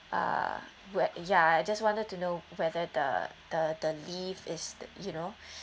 uh whet~ ya I just wanted to know whether the the the leave is that you know